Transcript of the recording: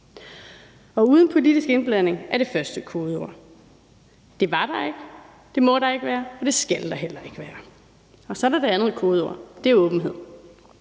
var uden politisk indblanding, er det første kodeord. Det var der ikke, det må der ikke være, og det skal der heller ikke være. Så er der det andet kodeord, og det er åbenhed.